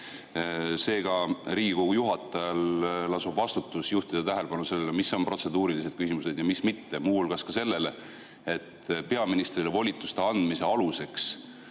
lasub Riigikogu juhatajal vastutus juhtida tähelepanu sellele, mis on protseduurilised küsimused ja mis mitte, muu hulgas ka sellele, et peaministrile volituste andmise aluseks